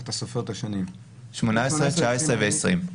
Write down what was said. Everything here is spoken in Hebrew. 2018, 2019 ו-2020,